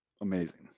amazing